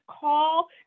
call